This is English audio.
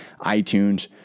iTunes